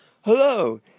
Hello